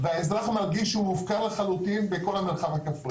והאזרח מרגיש שהוא מופקר לחלוטין בכל המרחב הכפרי.